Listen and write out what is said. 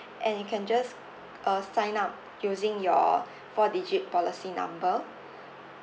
and you can just uh sign up using your four digit policy number